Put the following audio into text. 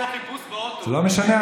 זה לא משנה.